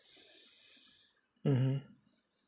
mmhmm